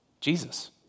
Jesus